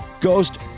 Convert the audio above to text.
Ghost